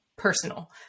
Personal